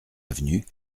avenue